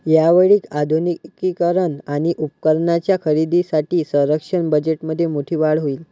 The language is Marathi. यावेळी आधुनिकीकरण आणि उपकरणांच्या खरेदीसाठी संरक्षण बजेटमध्ये मोठी वाढ होईल